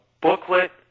booklet